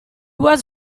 was